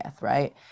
right